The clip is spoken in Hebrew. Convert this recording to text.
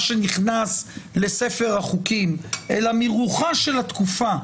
שנכנס לספר החוקים אלא מרוחה של התקופה,